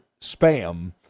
spam